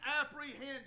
apprehended